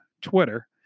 Twitter